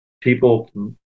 people